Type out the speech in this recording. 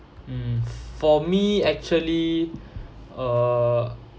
mm for me actually uh